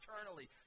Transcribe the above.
eternally